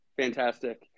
fantastic